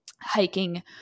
hiking